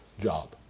job